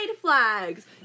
flags